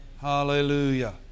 Hallelujah